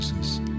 Jesus